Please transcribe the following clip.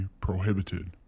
prohibited